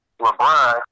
LeBron